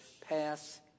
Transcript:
pass